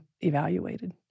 evaluated